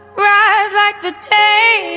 rise like the day,